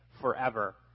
forever